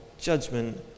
judgment